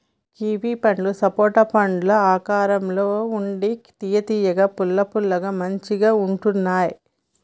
kiwi పండ్లు సపోటా పండ్ల ఆకారం ల ఉండి తియ్య తియ్యగా పుల్ల పుల్లగా మంచిగుంటున్నాయ్